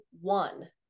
one